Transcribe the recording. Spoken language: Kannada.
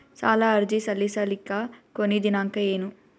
ಸಾಲ ಅರ್ಜಿ ಸಲ್ಲಿಸಲಿಕ ಕೊನಿ ದಿನಾಂಕ ಏನು?